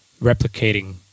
replicating